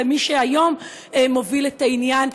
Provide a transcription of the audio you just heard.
למי שהיום מוביל את העניין,